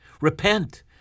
Repent